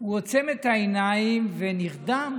הוא עוצם את העיניים ונרדם?